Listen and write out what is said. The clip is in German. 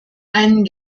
einen